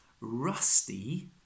rusty